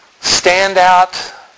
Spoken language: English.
standout